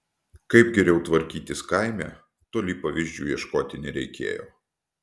kaip geriau tvarkytis kaime toli pavyzdžių ieškoti nereikėjo